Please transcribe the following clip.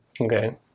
okay